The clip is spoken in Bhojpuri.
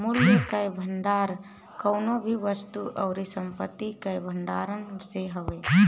मूल्य कअ भंडार कवनो भी वस्तु अउरी संपत्ति कअ भण्डारण से हवे